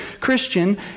Christian